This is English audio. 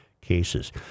cases